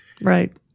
Right